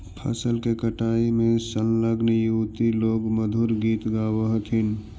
फसल के कटाई में संलग्न युवति लोग मधुर गीत गावऽ हथिन